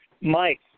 Mike